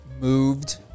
moved